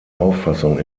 auffassung